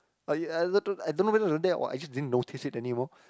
like I I I I don't know whether wasn't there or I didn't notice it anymore